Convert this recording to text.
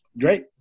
great